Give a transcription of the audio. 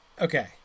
Okay